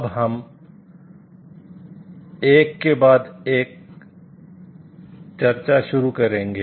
अब हम एक के बाद एक चर्चा शुरू करेंगे